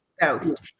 ghost